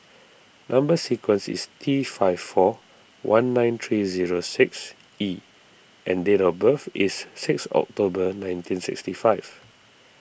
Number Sequence is T five four one nine three zero six E and date of birth is six October nineteen sixty five